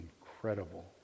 incredible